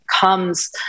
comes